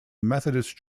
methodist